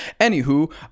Anywho